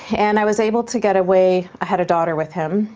and i was able to get away, i had a daughter with him,